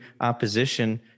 opposition